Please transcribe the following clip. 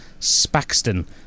Spaxton